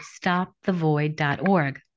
stopthevoid.org